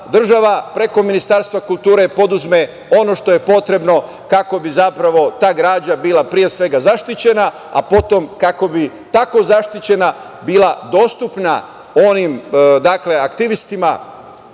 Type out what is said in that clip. preko Ministarstva kulture poduzme ono što je potrebno kako bi zapravo ta građa bila, pre svega, zaštićena, a potom kako bi tako zaštićena bila dostupna onim aktivistima